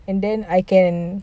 and then I can